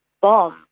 bomb